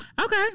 Okay